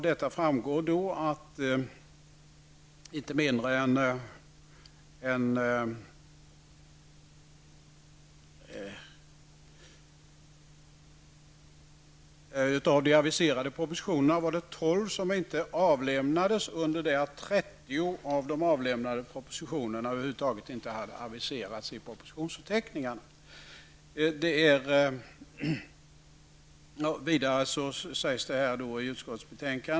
Det framgår att inte mindre än 12 av de aviserade propositionerna inte avlämnades, medan 30 av de avlämnande propositionerna över huvud taget inte hade aviserats i propositionsförteckningen.